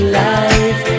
life